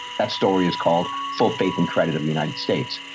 that story is called full faith and credit of the united states.